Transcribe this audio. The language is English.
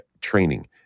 training